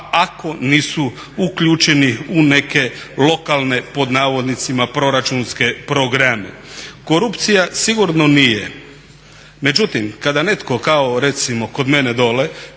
ako nisu uključeni u neke lokalne, pod navodnicima proračunske programe. Korupcija sigurno nije. Međutim, kada netko kao recimo kod mene dole